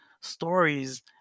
stories